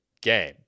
game